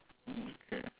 mm K